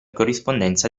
corrispondenza